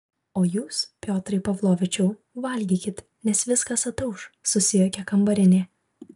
o jūs piotrai pavlovičiau valgykit nes viskas atauš susijuokė kambarinė